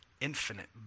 infinite